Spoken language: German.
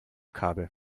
kabel